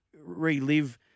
relive